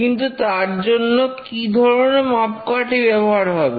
কিন্তু তার জন্য কি ধরনের মাপকাঠি ব্যবহার হবে